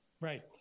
Right